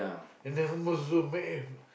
and then hummus Zul make and